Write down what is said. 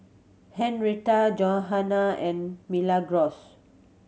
Henrietta Johana and Milagros